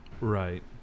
right